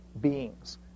beings